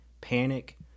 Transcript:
panic